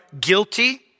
guilty